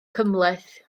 cymhleth